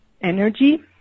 energy